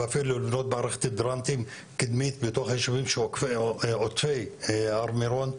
ואפילו לבנות מערכת הידראונטים קידמית ביישובים שעוטפי הר-מירון,